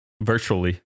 virtually